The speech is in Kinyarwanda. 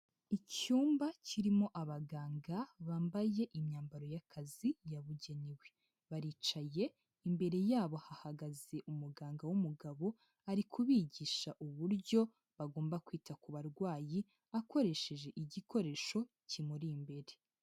Icyumba kirimo abaganga bambaye imyambaro y'akazi yabugenewe, baricaye imbere yabo hahagaze umuganga w'umugabo ari kubigisha uburyo bagomba kwita ku barwayi akoresheje igikoresho kimuri imbere.